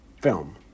film